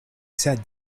said